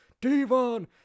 Devon